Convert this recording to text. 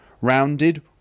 Rounded